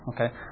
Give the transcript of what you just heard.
Okay